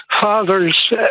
father's